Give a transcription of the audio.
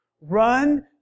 Run